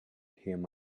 him